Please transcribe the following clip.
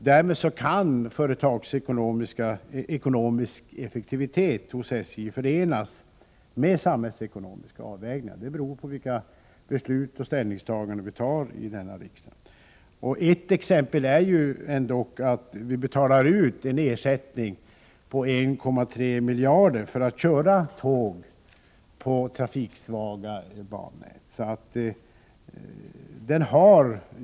Därmed kan företagsekonomisk effektivitet hos SJ förenas med samhällsekonomiska avvägningar, beroende på våra beslut och ställningstaganden här i riksdagen. Ett exempel är att vi betalar ut en ersättning på 1,3 miljarder kronor för att man skall kunna köra tåg på trafiksvaga banor.